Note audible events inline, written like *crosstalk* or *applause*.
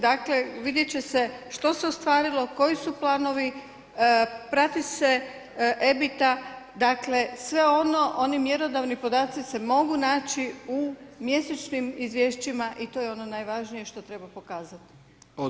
Dakle, vidjeti će se što se ostvarilo, koji su planovi, prati se ... *unintelligible* dakle, sve ono, oni mjerodavni podaci se mogu naći u mjesečnim izvješćima i to je ono najvažnije što treba pokazati.